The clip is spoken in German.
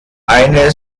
eine